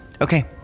Okay